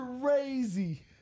crazy